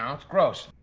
um it's gross.